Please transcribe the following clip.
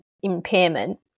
impairment